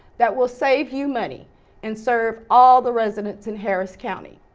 that will save you money and serve all the residents in harris county.